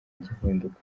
gihinduka